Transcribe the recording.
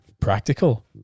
practical